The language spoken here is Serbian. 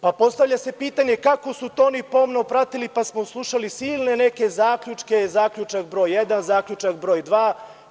Postavlja se pitanje – kako su to oni pomno pratili pa smo slušali silne neke zaključke, zaključak broj jedan, zaključak broj dva.